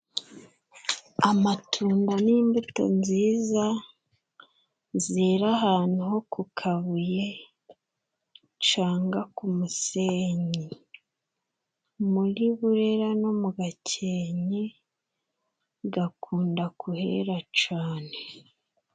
Amatunda n'imbuto nziza zera ahantu ho ku kabuye cyangwa ku musenyi. Muri Burera no mu Gakenke zikunda kuhera cyane.